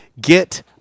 get